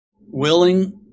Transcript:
willing